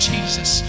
Jesus